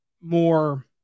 more